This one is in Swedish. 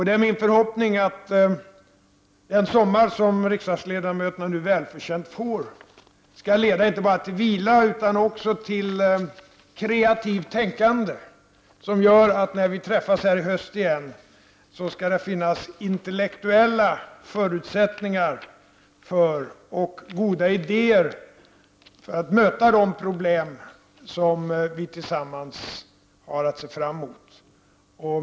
Det är min förhoppning att det sommaruppehåll som riksdagsledamöterna nu välförtjänt får inte bara skall leda till vila utan även till kreativt tänkande, som gör att när vi träffas här i höst igen skall det finnas intellektuella förutsättningar och goda idéer så att vi kan möta de problem som vi tillsammans kommer att ställas inför.